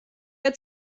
der